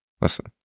listen